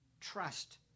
trust